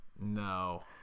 No